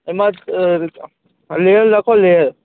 એમાં અ લેયર લખો લેયર